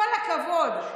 כל הכבוד.